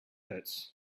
pits